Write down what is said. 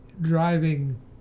driving